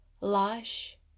lush